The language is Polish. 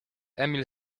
emil